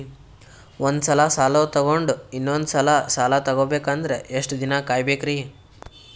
ಒಂದ್ಸಲ ಸಾಲ ತಗೊಂಡು ಇನ್ನೊಂದ್ ಸಲ ಸಾಲ ತಗೊಬೇಕಂದ್ರೆ ಎಷ್ಟ್ ದಿನ ಕಾಯ್ಬೇಕ್ರಿ?